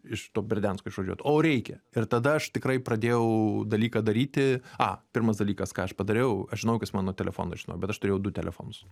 iš to berdiansko išvažiuot o reikia ir tada aš tikrai pradėjau dalyką daryti a pirmas dalykas ką aš padariau aš žinojau kas mano telefoną žino bet aš turėjau du telefonus